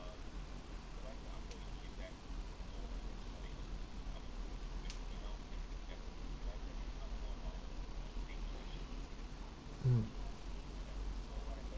mm